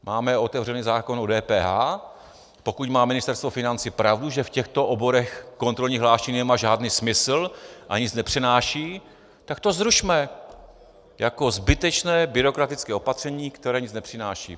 Máme otevřený zákon o DPH, pokud má Ministerstvo financí pravdu, že v těchto oborech kontrolní hlášení nemá žádný smysl a nic nepřináší, tak to zrušme jako zbytečné byrokratické opatření, které nic nepřináší.